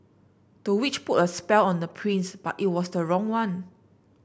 the witch put a spell on the prince but it was the wrong one